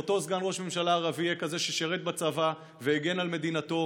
ואותו סגן ראש ממשלה ערבי יהיה כזה ששירת בצבא והגן על מדינתו